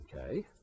Okay